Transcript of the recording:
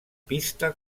pista